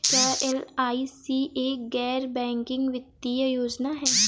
क्या एल.आई.सी एक गैर बैंकिंग वित्तीय योजना है?